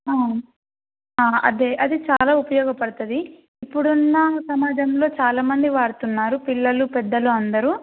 అదే అది చాలా ఉపయోగపడుతుంది ఇప్పుడు ఉన్న సమాజంలో చాలామంది వాడుతున్నారు పిల్లలు పెద్దలు అందరూ